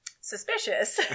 suspicious